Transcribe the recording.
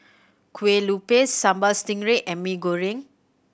Kueh Lupis Sambal Stingray and Mee Goreng